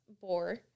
bore